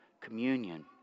communion